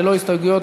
ללא הסתייגויות,